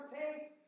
taste